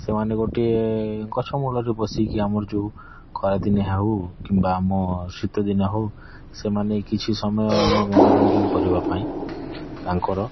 ସେମାନେ ଗୋଟିଏ ଗଛମୂଳରେ ବସିକି ଆମର ଯେଉଁ ଖରାଦିନେ ହେଉ କିମ୍ବା ଆମ ଶୀତଦିନେ ହେଉ ସେମାନେ କିଛି ସମୟ ଆମ ମନୋରଞ୍ଜନ କରିବାପାଇଁ ତାଙ୍କର